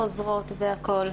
חוזרות וכו',